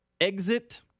exit